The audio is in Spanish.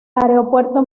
aeropuerto